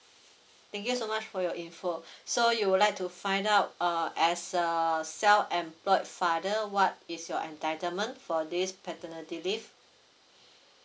thank you so much for your info so you would like to find out uh as a self employed father what is your entitlement for this paternity leave